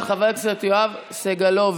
של חבר הכנסת יואב סגלוביץ'.